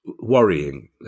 worrying